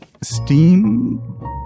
steam